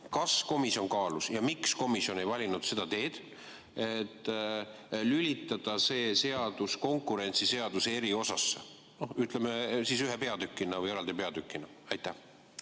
kas komisjon kaalus seda ja miks komisjon ei valinud seda teed, et lülitada see seadus konkurentsiseaduse eriosasse, ütleme, ühe peatükina või eraldi peatükina? Aitäh,